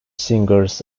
singers